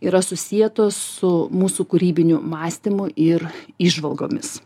yra susietos su mūsų kūrybiniu mąstymu ir įžvalgomis